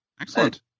Excellent